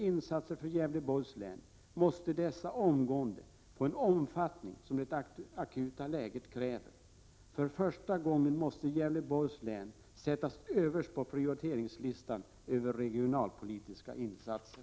Insatserna för Gävleborgs län måste omgående få en omfattning som det akuta läget kräver. För första gången måste Gävleborgs län sättas överst på prioriteringslistan över regionalpolitiska insatser.